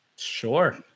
Sure